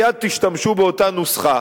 מייד תשתמשו באותה נוסחה.